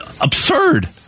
absurd